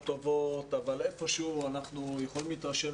טובות אבל איפשהו אנחנו יכולים להתרשם,